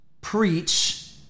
preach